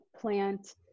plant